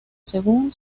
según